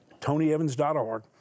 TonyEvans.org